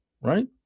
right